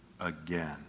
again